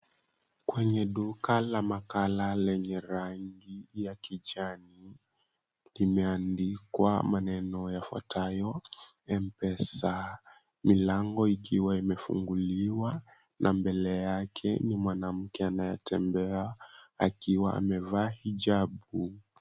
Kwenye duka la makala lenye rangi ya kijani. Limeandikwa maneno yafuatayo, "M-pesa." Milango ikiwa imefunguliwa, na mbele yake ni mwanamke anayetembea akiwa amevaa hijabu.